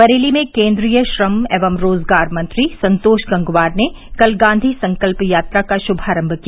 बरेली में केन्द्रीय श्रम एवं रोजगार मंत्री संतोष गंगवार ने कल गांधी संकल्प यात्रा का श्मारम्भ किया